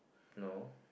no